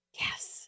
Yes